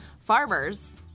farmers